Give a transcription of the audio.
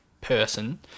person